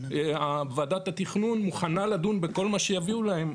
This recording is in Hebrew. ועדת התכנון מוכנה לדון בכל מה שיביאו להם,